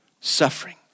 suffering